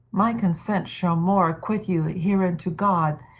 my consent shall more acquit you herein to god,